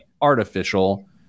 artificial